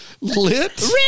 lit